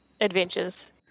adventures